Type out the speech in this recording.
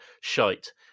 shite